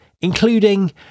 including